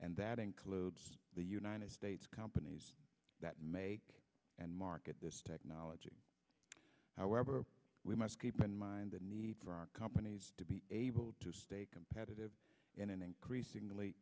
and that includes the united states companies that make and market this technology however we must keep in mind the need for our companies to be able to stay competitive in an increasingly